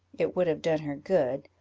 it would have done her good,